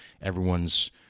everyone's